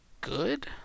good